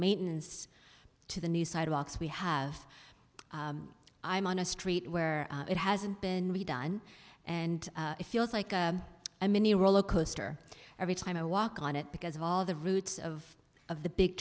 maintenance to the new sidewalks we have i am on a street where it hasn't been done and it feels like a mini roller coaster every time i walk on it because of all the roots of of the big